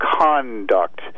conduct